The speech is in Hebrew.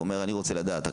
ואומר: אני רוצה לדעת,